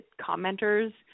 commenters